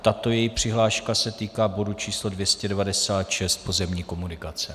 Tato její přihláška se týká bodu číslo 296, pozemní komunikace.